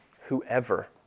Whoever